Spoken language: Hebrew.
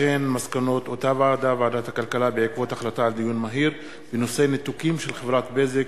מסקנות ועדת הכלכלה בעקבות דיון מהיר בנושא: ניתוקים של חברת "בזק",